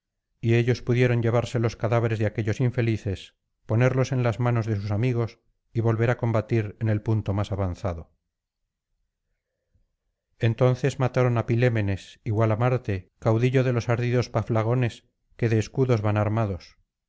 y ellos pudieron llevarse los cadáveres de aquellos infelices ponerlos en las manos de sus amigos y volver á combatir en el punto más avanzado entonces mataron á pilémenes igual á marte caudillo de los ardidos paflagones que de escudos van armados